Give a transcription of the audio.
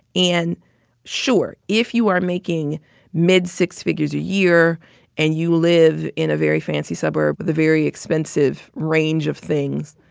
and sure, if you are making mid-six figures a year and you live in a very fancy suburb with a very expensive range of things,